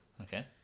Okay